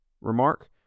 remark